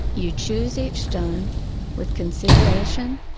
you choose each stone with consideration,